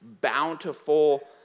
bountiful